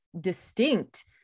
distinct